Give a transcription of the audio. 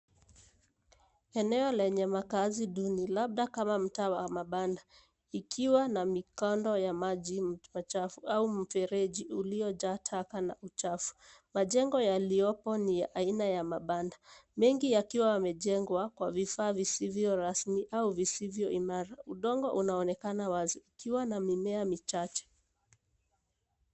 Eneo lenye makazi duni labda kama mtaa wa mabanda ikiwa na mikondo ya maji machafu au mfereji uliojaa taka na uchafu. Majengo yaliyopo ni ya aina ya mabanda, mengi yakiwa yamejengwa kwa vifaa visivyo rasmi au visivyo imara. Udongo unaonekana wazi ukiwa na mimea michache.